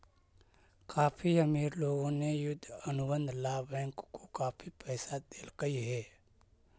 काफी अमीर लोगों ने युद्ध अनुबंध ला बैंक को काफी पैसा देलकइ हे